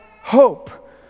hope